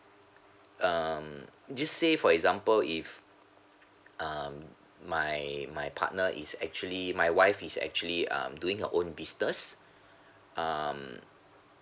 um just say for example if um my my partner is actually my wife is actually um doing her own business um